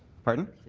pardon?